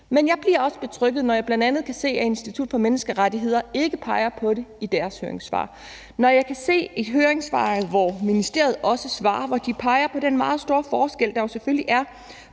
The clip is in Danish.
Men jeg bliver også betrygget, når jeg bl.a. kan se, at Institut for Menneskerettigheder ikke peger på det i deres høringssvar; når jeg kan se i det høringssvar, som ministeriet giver, at de peger på den meget store forskel, der jo selvfølgelig er